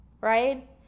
right